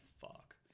fuck